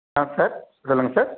ஆ sir சொல்லுங்க sir